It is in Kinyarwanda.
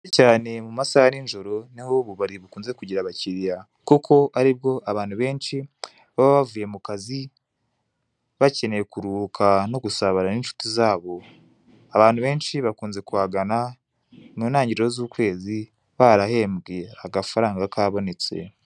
Cyanecyane mu masaha ya ni joro niho ububari bukunze kugira abakiriya, kuko aribwo abantu benshi baba bavuye mu kazi bakeneye kuruhuka no gusabana ni nshuti zabo, abantu benshi bakunze kuhagana mu ntangiriro z'ukwezi barahembwe agafaranga kabonetse.